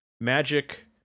magic